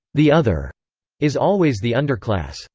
the other is always the underclass.